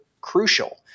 crucial